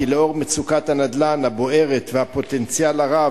כי לאור מצוקת הנדל"ן הבוערת והפוטנציאל הרב